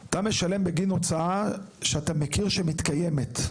אתה משלם בגין הוצאה שאתה מכיר שמתקיימת.